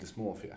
dysmorphia